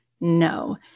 no